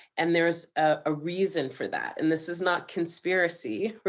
and there's a reason for that. and this is not conspiracy, right?